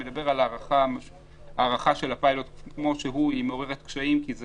הארכה של הפיילוט כמו שהוא מעוררת קשיים, כי זה